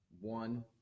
one